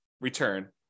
return